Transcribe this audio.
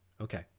Okay